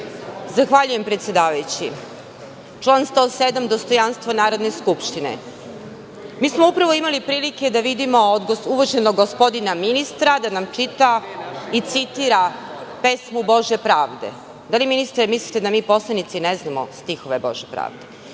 Zahvaljujem predsedavajući. Član 107, dostojanstvo Narodne skupštine. Upravo smo imali prilike da vidimo od uvaženog gospodina ministra da nam čita i citira pesmu "Bože pravde". Da li, ministre, mislite da mi poslanici ne znamo stihove "Bože pravde"?